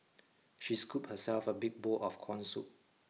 she scooped herself a big bowl of corn soup